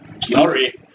Sorry